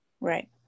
Right